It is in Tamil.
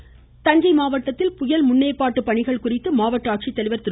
இருவரி தஞ்சை மாவட்டத்தில் புயல் முன்னேற்பாட்டு பணிகள் குறித்து மாவட்ட ஆட்சித்தலைவா் திரு